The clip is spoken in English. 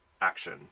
action